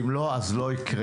אם לא אז לא יקרה.